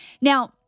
Now